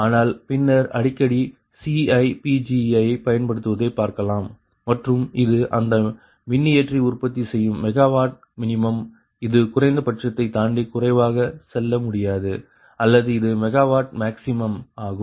ஆனால் பின்னர் அடிக்கடி Ciஐ பயன்படுத்துவதை பார்க்கலாம் மற்றும் இது அந்த மின்னியற்றி உற்பத்தி செய்யும் மெகாவாட் மினிமம் இது குறைந்தபட்சத்தை தாண்டி குறைவாக செல்ல முடியாது அல்லது இது மெகாவாட் மேக்சிமம் ஆகும்